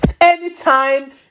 Anytime